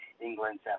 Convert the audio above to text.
England